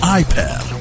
iPad